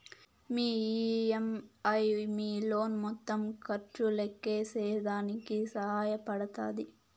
మీ EMI మీ loan మొత్తం ఖర్చు లెక్కేసేదానికి సహాయ పడతాది